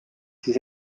siis